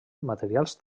materials